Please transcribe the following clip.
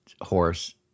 horse